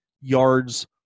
yards